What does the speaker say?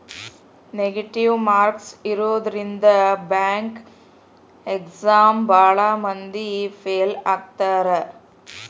negative marks ಇರೋದ್ರಿಂದ bank exam ಭಾಳ್ ಮಂದಿ ಫೇಲ್ ಆಗ್ತಾರಾ